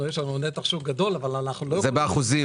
יש לנו נתח שוק גדול אבל אנחנו לא --- זה באחוזים.